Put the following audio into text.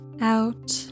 out